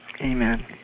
Amen